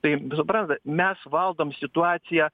tai suprantat mes valdom situaciją